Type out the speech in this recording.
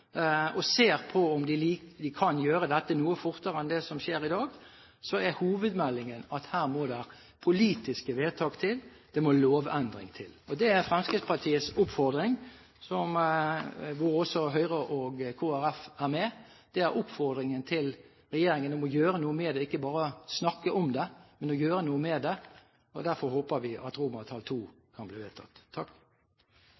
og bygningslov og ser på om de kan gjøre dette noe fortere enn det som skjer i dag, er hovedmeldingen at her må det politiske vedtak til, det må lovendringer til. Det er Fremskrittspartiets oppfordring, hvor Høyre og Kristelig Folkeparti er med, til regjeringen om å gjøre noe med det – ikke bare snakke om det, men gjøre noe med det. Derfor håper vi at